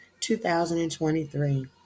2023